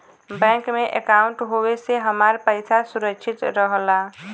bank में अंकाउट होये से हमार पइसा सुरक्षित रहला